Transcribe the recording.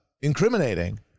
incriminating